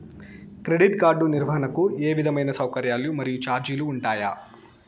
Credit card నిర్వహణకు ఏ విధమైన సౌకర్యాలు మరియు చార్జీలు ఉంటాయా?